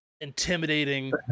intimidating